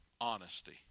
Honesty